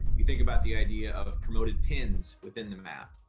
you think about the idea of promoted pins within the map.